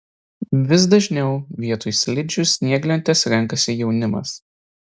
vis dažniau vietoj slidžių snieglentes renkasi jaunimas